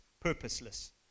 purposeless